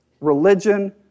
religion